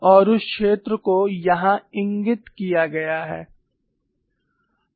और उस क्षेत्र को यहाँ इंगित किया गया है